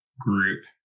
group